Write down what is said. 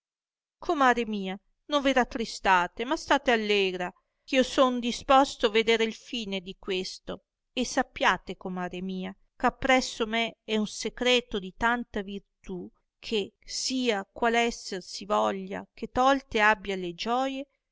comare mia dove era triste ma state allegra eh io son disposto vedere il fine di questo e sappiate comare mia eh appresso me è un secreto di tanta virtù che sia qual esser si voglia che tolte abbia le gioie